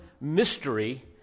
mystery